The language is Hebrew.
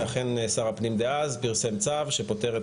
ואכן שר הפנים דאז פרסם צו שפוטר את